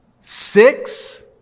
Six